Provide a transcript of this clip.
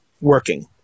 working